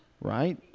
right